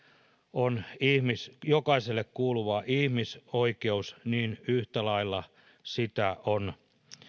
on jokaiselle kuuluva ihmisoikeus niin yhtä lailla sitä on